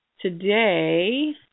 today